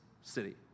city